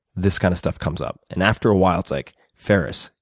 this kind of stuff comes up. and after awhile it's like ferriss,